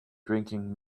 drinking